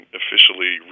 officially